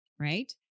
right